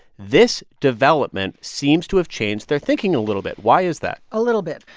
this development seems to have changed their thinking a little bit. why is that? a little bit.